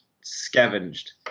scavenged